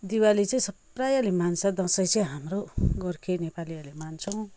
दिवाली चाहिँ प्रायले मान्छ दसैँ चाहिँ हाम्रो गोर्खे नेपालीहरूले मान्छौँ